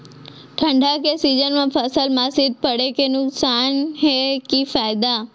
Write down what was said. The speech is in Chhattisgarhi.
ठंडा के सीजन मा फसल मा शीत पड़े के नुकसान हे कि फायदा?